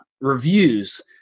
reviews